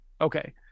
Okay